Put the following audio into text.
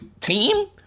team